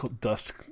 dust